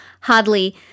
hardly